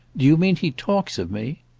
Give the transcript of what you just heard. you mean he talks of me?